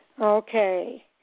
Okay